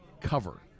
cover